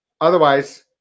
Otherwise